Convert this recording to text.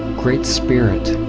great spirit,